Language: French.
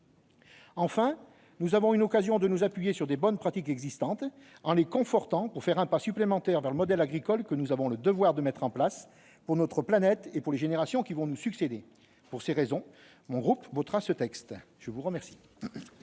Enfin, nous avons une occasion de nous appuyer sur de bonnes pratiques existantes, en les confortant, afin de faire un pas supplémentaire vers le modèle agricole que nous avons le devoir de mettre en place pour notre planète et les générations qui vont nous succéder. Pour ces raisons, mon groupe votera ce texte. La parole